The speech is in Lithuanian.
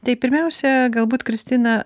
tai pirmiausia galbūt kristina